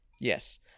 Yes